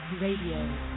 Radio